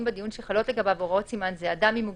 בדיון שחלות לגביו הוראות סימן זה אדם עם מוגבלות,